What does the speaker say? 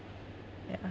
yeah